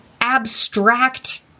abstract